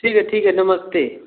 ठीक है ठीक है नमस्ते